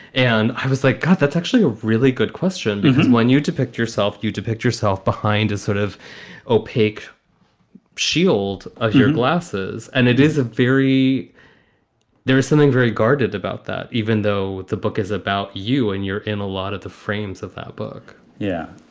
and i was like, god, that's actually a really good question, because when you depict yourself, you depict yourself behind a sort of opaque shield of your glasses. and it is a very there is something very guarded about that, even though the book is about you and you're in a lot of the frames of that book yeah,